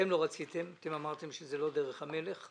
אתם לא רציתם, אתם אמרתם שזאת לא דרך המלך,